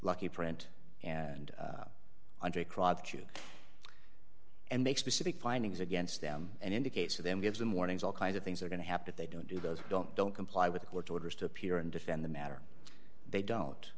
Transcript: lucky print and under a crowd q and make specific findings against them and indicates to them gives them warnings all kinds of things are going to happen if they don't do those who don't don't comply with the court's orders to appear and defend the matter if they don't